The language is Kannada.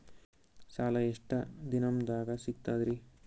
ಸಾಲಾ ಎಷ್ಟ ದಿಂನದಾಗ ಸಿಗ್ತದ್ರಿ?